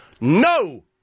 No